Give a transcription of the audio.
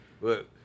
look